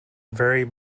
vary